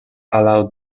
allow